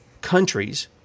countries